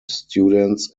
students